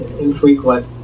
infrequent